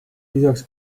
lisaks